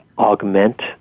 augment